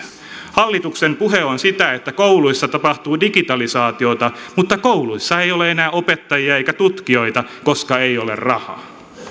hallituksen puhe on sitä että kouluissa tapahtuu digitalisaatiota mutta kouluissa ei ole enää opettajia eikä tutkijoita koska ei ole rahaa